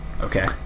Okay